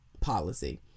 policy